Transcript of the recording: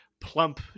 plump